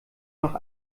noch